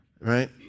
right